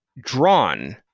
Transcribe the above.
drawn